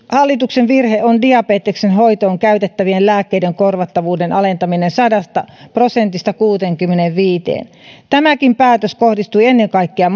hallituksen virhe on diabeteksen hoitoon käytettävien lääkkeiden korvattavuuden alentaminen sadasta prosentista kuuteenkymmeneenviiteen tämäkin päätös kohdistui ennen kaikkea